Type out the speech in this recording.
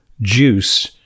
juice